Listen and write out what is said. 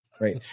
right